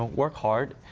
work hard,